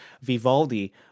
Vivaldi